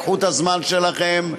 קחו את הזמן שלכם,